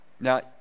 now